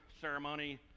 ceremony